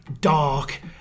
dark